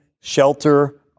shelter